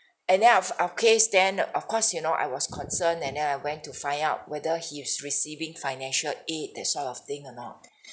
and then of case then of course you know I was concerned and then I went to find out whether he is receiving financial aid that sort of thing or not